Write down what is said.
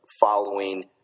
following